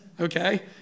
Okay